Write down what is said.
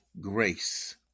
grace